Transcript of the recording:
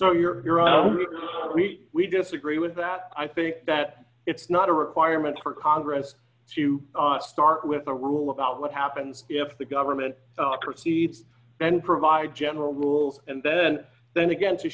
you're we disagree with that i think that it's not a requirement for congress to start with a rule about what happens if the government proceeds then provide general rules and then then again to